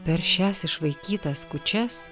per šias išvaikytas kūčias